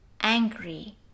angry